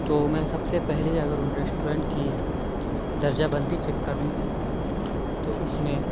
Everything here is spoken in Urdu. تو میں سب سے پہلے اگر ان ریسٹورینٹ کی درجہ بندی چیک کروں تو اس میں